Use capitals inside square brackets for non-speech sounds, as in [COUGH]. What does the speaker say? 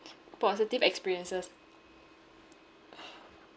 positive experiences [NOISE]